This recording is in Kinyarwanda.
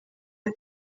ati